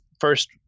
first